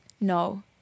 No